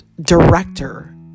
Director